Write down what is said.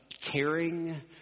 caring